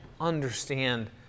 understand